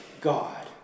God